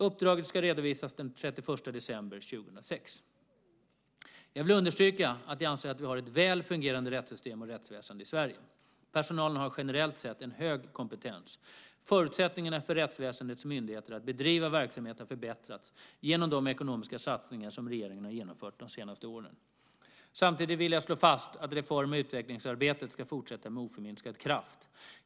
Uppdraget ska redovisas den 31 december 2006. Jag vill understryka att jag anser att vi har ett väl fungerande rättssystem och rättsväsende i Sverige. Personalen har generellt sett en hög kompetens. Förutsättningarna för rättsväsendets myndigheter att bedriva verksamhet har förbättrats genom de ekonomiska satsningar som regeringen har genomfört de senaste åren. Samtidigt vill jag slå fast att reform och utvecklingsarbetet ska fortsätta med oförminskad kraft.